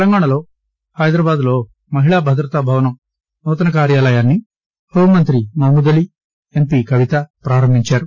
తెలంగాణాలో హైదరాబాద్ లో మహిళా భద్రతా భవనం కొత్త కార్యాలయాన్ని హోంమంత్రి మహమూద్ అలీ ఎంపి కవిత ప్రారంభించారు